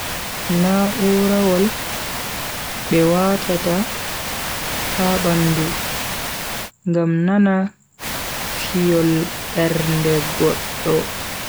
Na'urawol be watata ha bandu ngam nana fiyol bernde goddo.